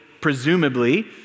presumably